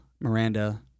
Miranda